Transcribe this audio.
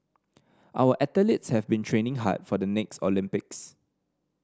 our athletes have been training hard for the next Olympics